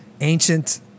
ancient